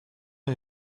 are